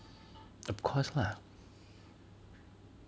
of course lah